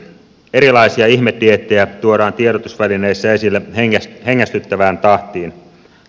erilaisia ihmedieettejä tuodaan tiedotusvälineissä esille hengästyttävään tahtiin